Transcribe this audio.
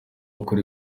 bukora